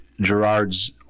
Gerard's